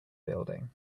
building